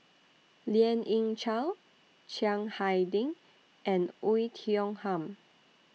Lien Ying Chow Chiang Hai Ding and Oei Tiong Ham